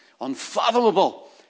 Unfathomable